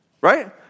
Right